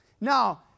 Now